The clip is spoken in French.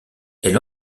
elle